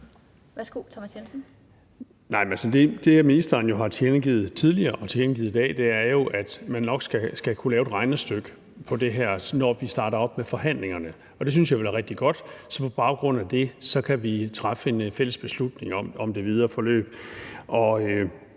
det, ministeren har tilkendegivet tidligere og tilkendegivet i dag, er jo, at man nok skal kunne lave et regnestykke på det her, når vi starter med forhandlingerne. Og det synes jeg vil være rigtig godt, for så kan vi på baggrund af det træffe en fælles beslutning om det videre forløb.